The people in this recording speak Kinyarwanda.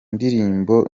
ndirimbo